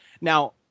Now